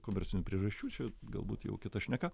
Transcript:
komercinių priežasčių čia galbūt jau kita šneka